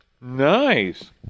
Nice